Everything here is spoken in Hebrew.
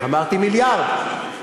אמרתי מיליארד.